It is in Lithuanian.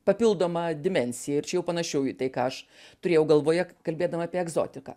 papildomą dimensiją ir čia jau panašiau į tai ką aš turėjau galvoje kalbėdama apie egzotiką